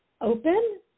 open